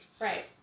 Right